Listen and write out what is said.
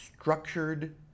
structured